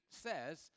says